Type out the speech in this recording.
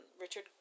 Richard